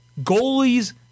goalies